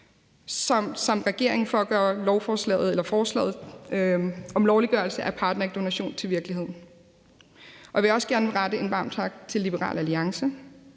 til regeringen for at gøre forslaget om lovliggørelse af parterægdonation til virkelighed, og jeg vil også gerne rette en varm tak til Liberal Alliance